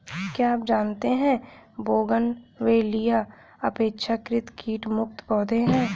क्या आप जानते है बोगनवेलिया अपेक्षाकृत कीट मुक्त पौधे हैं?